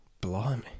Blimey